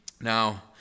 Now